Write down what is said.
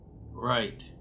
Right